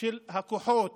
של הכוחות